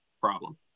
problem